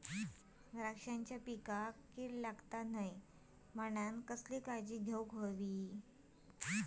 द्राक्षांच्या पिकांक कीड लागता नये म्हणान कसली काळजी घेऊक होई?